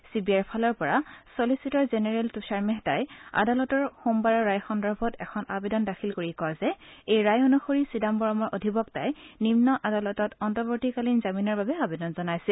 C B আইৰ ফালৰ পৰা চলিচিটৰ জেনেৰেল তুষাৰ মেহতাই আদালতৰ সোমবাৰৰ ৰায় সন্দৰ্ভত এখন আবেদন দাখিল কৰি কয় যে এই ৰায় অনুসৰি চিদাম্বৰমৰ অধিবক্তাই নিম্ন আদালতত অন্তবৰ্তীকালীন জামিনৰ বাবে আবেদন জনাইছিল